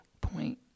point